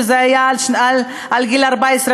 שזה היה עד גיל 14,